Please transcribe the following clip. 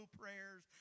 prayers